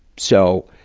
so,